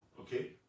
Okay